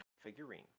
figurine